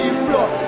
floor